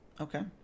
Okay